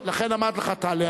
לכן אמרתי לך: תעלה.